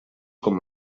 com